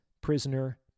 prisoner